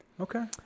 Okay